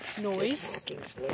Noise